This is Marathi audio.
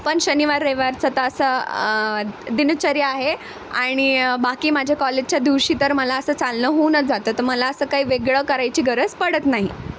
पण शनिवार रविवारचं तर असं दिनचर्या आहे आणि बाकी माझ्या कॉलेजच्या दिवशी तर मला असं चालणं होऊनच जातं तर मला असं काही वेगळं करायची गरज पडत नाही